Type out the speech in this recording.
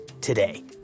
Today